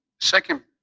Second